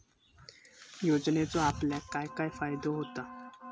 योजनेचो आपल्याक काय काय फायदो होता?